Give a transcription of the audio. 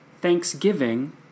Thanksgiving